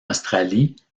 australie